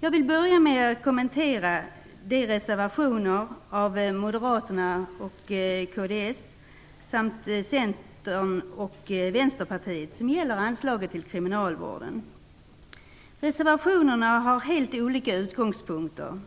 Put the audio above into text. Jag vill börja med att kommentera de reservationer av Moderaterna, kds, Centern och Vänsterpartiet som gäller anslaget till kriminalvården. Reservationerna har helt olika utgångspunkter.